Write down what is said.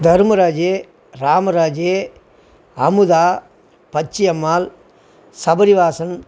Dharmaraj Ramaraj Amudha Pachaiyammal Sabarivasan